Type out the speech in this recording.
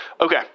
Okay